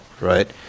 right